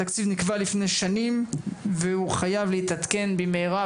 התקציב נקבע לפני שנים והוא חייב להתעדכן ובמהירה,